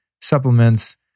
supplements